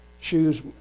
shoes